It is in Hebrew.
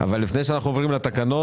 לפני שאנחנו עוברים לתקנות,